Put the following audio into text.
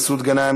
מסעוד גנאים,